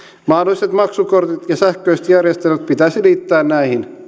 mahdolliset maksukortit ja sähköiset järjestelmät pitäisi liittää näihin